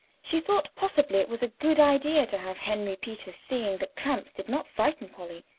she thought possibly it was a good idea to have henry peters seeing that tramps did not frighten polly,